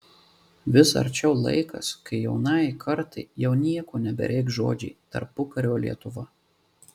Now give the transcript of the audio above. vis arčiau laikas kai jaunajai kartai jau nieko nebereikš žodžiai tarpukario lietuva